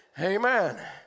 Amen